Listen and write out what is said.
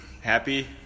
happy